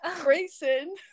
Grayson